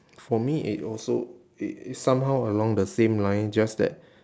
for me it also i~ somehow along the same line just that